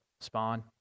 spawn